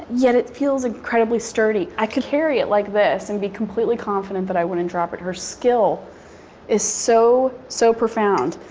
yet it feels incredibly study. i could carry it like this and be completely confident that i wouldn't drop it. her skill is so, so profound.